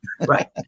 Right